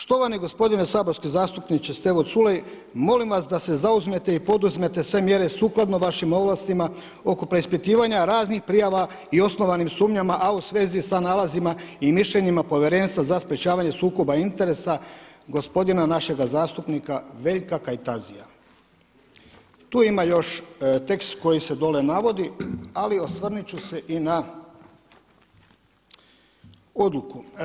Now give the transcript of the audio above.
Štovani gospodine saborski zastupniče Stevo Culej, molim vas da se zauzmete i poduzmete sve mjere sukladno vašim ovlastima oko preispitivanja raznih prijava i osnovanim sumnjama a u svezi sa nalazima i mišljenjima Povjerenstva za sprječavanje sukoba interesa gospodina našega zastupnika Veljka Kajtazija.“ Tu ima još tekst koji se dole navodi, ali osvrnut ću se i na odluku.